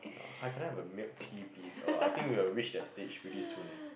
hi can I have a milk tea please oh I think we will reach that stage really soon eh